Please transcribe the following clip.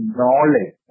knowledge